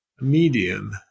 medium